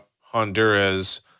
Honduras